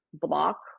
block